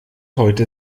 heute